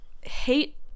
hate